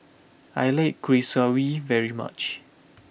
I like Kuih Kaswi very much